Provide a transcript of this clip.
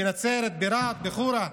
בנצרת, ברהט, בחורה.